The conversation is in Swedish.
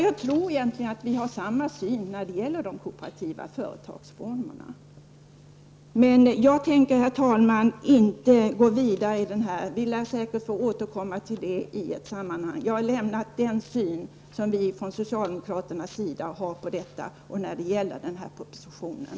Jag tror att vi egentligen har samma syn när det gäller de kooperativa företagsformerna, men jag tänker, herr talman, inte gå vidare i debatten här i dag. Vi lär säkert få återkomma till frågan i ett annat sammanhang. Jag har redogjort för socialdemokraternas syn på frågan och den här propositionen.